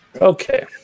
Okay